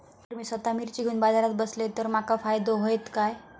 जर मी स्वतः मिर्ची घेवून बाजारात बसलय तर माका फायदो होयत काय?